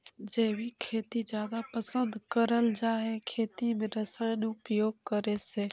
जैविक खेती जादा पसंद करल जा हे खेती में रसायन उपयोग करे से